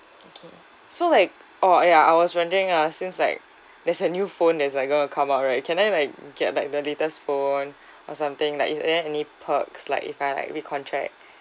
okay so like oh ya I was wondering uh since like there's a new phone that's like going to come out right can I like get like the latest phone or something like is there any perks like if I like recontract